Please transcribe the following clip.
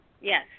yes